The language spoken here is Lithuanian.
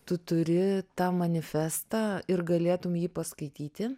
tu turi tą manifestą ir galėtum jį paskaityti